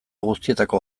guztietako